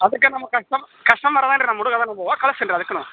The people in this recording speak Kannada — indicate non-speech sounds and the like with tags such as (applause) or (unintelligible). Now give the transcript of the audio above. ಅದಕೆ ನಮ್ಗ ಕಸ್ಟಮ್ ಕಸ್ಟಮರ್ ಅವೇನು ರೀ ನಮ್ಮ ಹುಡುಗ್ ಅವೇ (unintelligible) ಹೋಗ್ ಕಳ್ಸ್ತೇನೆ ರೀ ಅದಕ್ಕೆ ನಾವು